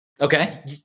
Okay